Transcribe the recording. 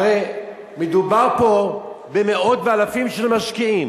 הרי מדובר פה במאות ואלפים של משקיעים.